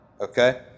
okay